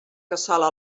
cassola